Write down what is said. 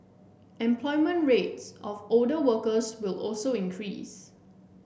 employment rates of older workers will also increase